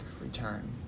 return